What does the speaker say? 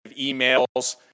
emails